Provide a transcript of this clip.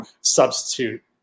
substitute